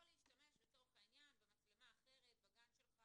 להשתמש לצורך העניין במצלמה אחרת בגן שלך